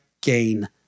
gain